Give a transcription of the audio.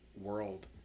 world